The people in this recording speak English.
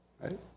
right